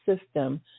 system